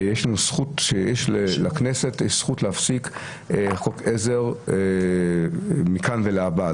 שיש לכנסת זכות להפסיק חוק עזר מכאן ולהבא,